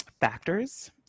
factors